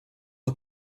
aux